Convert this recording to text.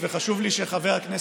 התנאים, וזה חשוב לי שדווקא תשמע,